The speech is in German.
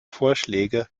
vorschläge